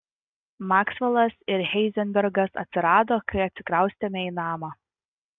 maksvelas ir heizenbergas atsirado kai atsikraustėme į namą